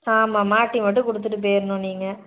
ஆமாம் மாட்டி மட்டும் கொடுத்துட்டு போயிரணும் நீங்கள்